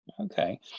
Okay